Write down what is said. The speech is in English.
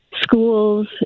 schools